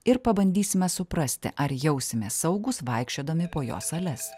ir pabandysime suprasti ar jausimės saugūs vaikščiodami po jo sales